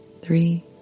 Three